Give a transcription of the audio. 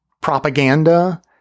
propaganda